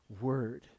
word